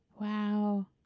Wow